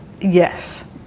Yes